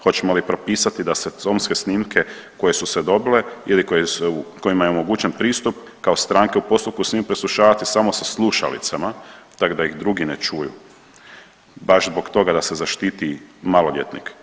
Hoćemo li propisati da se tonske snimke koje su se dobile ili kojima je omogućen pristup kao stranke u postupku smiju preslušavati samo sa slušalicama tak da ih drugi ne čuju baš zbog toga da se zaštiti maloljetnik.